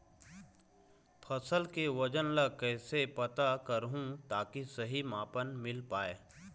फसल के वजन ला कैसे पता करहूं ताकि सही मापन मील पाए?